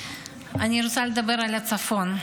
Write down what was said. אני רוצה לדבר על הצפון.